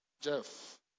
Jeff